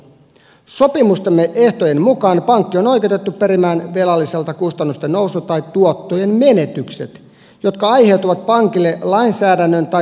sopimustemme ehtojen mukaan pankki on oikeutettu perimään velalliselta kustannusten nousun tai tuottojen menetykset jotka aiheutuvat pankille lainsäädännön tai viranomaispäätöksen johdosta